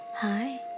Hi